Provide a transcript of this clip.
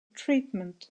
treatment